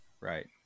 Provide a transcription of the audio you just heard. Right